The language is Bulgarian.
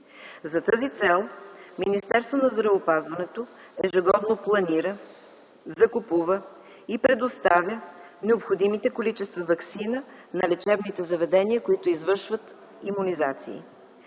За тази цел Министерството на здравеопазването ежегодно планира, закупува и предоставя необходимите количества ваксина на лечебните заведения, които извършват имунизации.